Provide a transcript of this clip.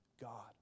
God